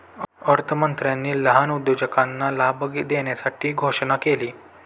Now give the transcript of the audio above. अर्थमंत्र्यांनी लहान उद्योजकांना लाभ देण्यासाठी घोषणा केली